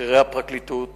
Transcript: בכירי הפרקליטות